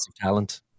talent